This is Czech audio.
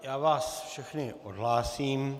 Já vás všechny odhlásím.